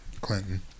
Clinton